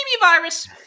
virus